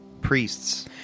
priests